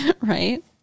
Right